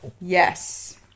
Yes